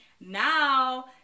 Now